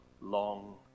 long